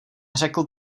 řekl